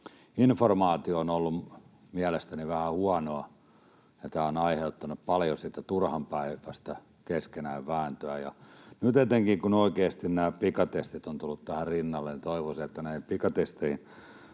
informaatio on ollut mielestäni vähän huonoa, ja tämä on aiheuttanut paljon sitä turhanpäiväistä keskenään vääntöä. Nyt etenkin kun oikeasti nämä pikatestit ovat tulleet tähän rinnalle, toivoisin, että pikatesteihin